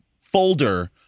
folder